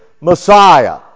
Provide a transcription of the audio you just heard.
Messiah